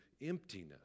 emptiness